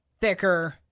thicker